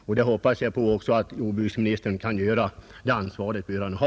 Detta hoppas jag också att jordbruksministern kan göra — det ansvaret bör han ha.